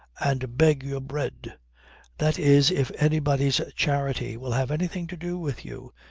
and beg your bread that is if anybody's charity will have anything to do with you,